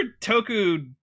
Toku